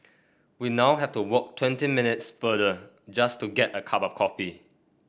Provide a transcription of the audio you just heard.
we now have to walk twenty minutes further just to get a cup of coffee